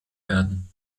werden